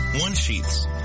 one-sheets